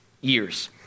years